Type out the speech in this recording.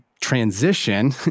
transition